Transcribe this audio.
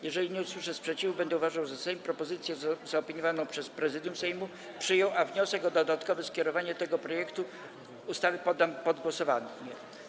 Jeżeli nie usłyszę sprzeciwu, będę uważał, że Sejm propozycję zaopiniowaną przez Prezydium Sejmu przyjął, a wniosek o dodatkowe skierowanie tego projektu ustawy poddam pod głosowanie.